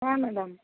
হ্যাঁ ম্যাডাম